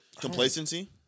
Complacency